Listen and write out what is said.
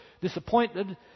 disappointed